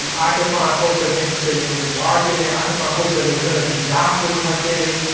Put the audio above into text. and i could find folks that were interested in marketing. i could find folks that were gonna be doctors one day.